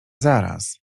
zaraz